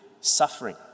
suffering